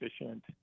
efficient